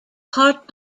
heart